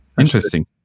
interesting